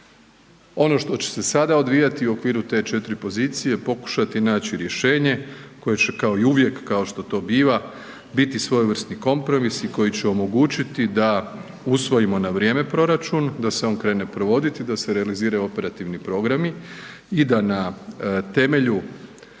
Ono što će se sada odvijati u okviru te četiri pozicije pokušati naći rješenje koje će kao i uvijek kao što to biva biti svojevrsni kompromis i koji će omogućiti da usvojimo na vrijeme proračun, da se on krene provoditi i da se realiziraju operativni programi i da na temelju